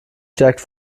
stärkt